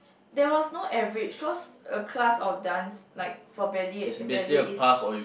there was no average cause a class of dance like for ballet at ballet is